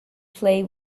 play